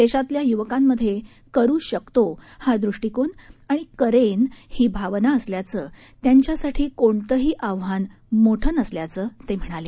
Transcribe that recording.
देशातल्यायूवकांमधे करूशकतो हादूष्टिकोनआणि करेन हीभावनाअसल्यानंत्यांच्यासाठीकोणतंहीआव्हानमोठंनसल्याचंतेम्हणाले